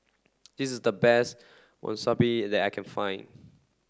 this is the best Monsunabe that I can find